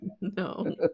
no